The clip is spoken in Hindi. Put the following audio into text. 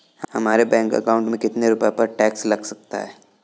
हमारे बैंक अकाउंट में कितने रुपये पर टैक्स लग सकता है?